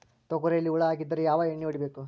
ತೊಗರಿಯಲ್ಲಿ ಹುಳ ಆಗಿದ್ದರೆ ಯಾವ ಎಣ್ಣೆ ಹೊಡಿಬೇಕು?